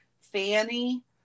fanny